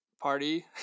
party